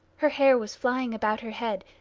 her hair was flying about her head,